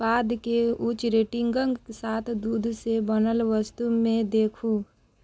उत्पादके उच्च रेटिंगके साथ दूधसँ बनल वस्तुमे देखू